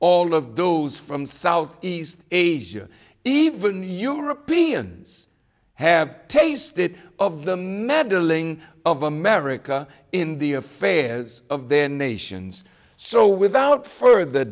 all of those from south east asia even europeans have tasted of the meddling of america in the affairs of their nations so without further